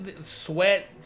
sweat